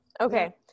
Okay